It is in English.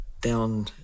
down